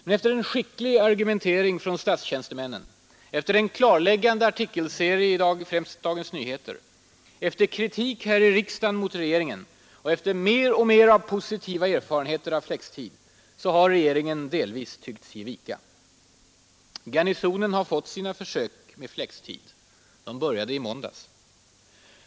Men efter en skicklig argumentering från statstjänstemännen, efter en klarläggande artikelserie i främst Dagens Nyheter, efter kritik här i riksdagen mot regeringen och efter fler och fler positiva erfarenheter av flextid har regeringen delvis tyckts ge vika. Garnisonen har fått sina försök med flextid; de började i måndags.